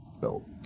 built